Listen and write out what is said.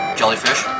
jellyfish